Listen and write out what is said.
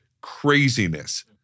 craziness